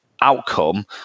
outcome